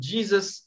Jesus